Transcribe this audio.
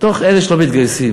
מתוך אלה שלא מתגייסים,